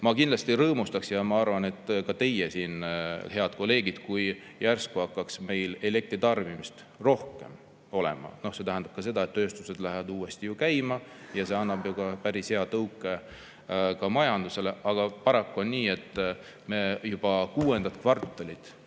Ma kindlasti rõõmustaks, ja ma arvan, et ka teie siin, head kolleegid, kui järsku hakkaks meil elektritarbimist rohkem olema. See tähendaks, et tööstused lähevad uuesti käima, mis annaks ju ka päris hea tõuke majandusele, aga paraku on nii, et me jälgime juba kuuendat kvartalit,